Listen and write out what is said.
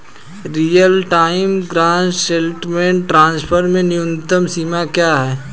Real time gross settlement transfer में न्यूनतम सीमा क्या है?